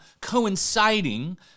coinciding